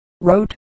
wrote